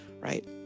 right